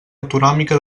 autonòmica